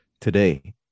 today